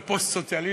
זה פוסט-סוציאליזם,